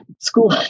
school